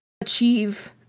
achieve